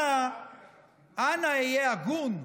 אנא היה הגון.